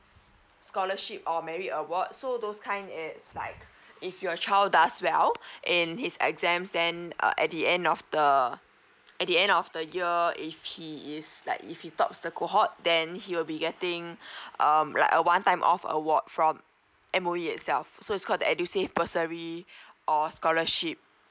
scholarship or maybe award so those kind is like if your child does well in his exams then err at the end of the at the end of the year if he is like if you tops the cohort then he will be getting um like a one time off award from M_O_E itself so it's called the edusave bursary or scholarship